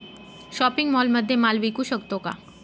Shopping मॉलमध्ये माल विकू शकतो का?